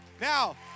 Now